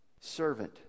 servant